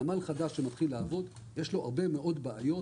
נמל חדש שמתחיל לעבוד, יש לו הרבה מאוד בעיות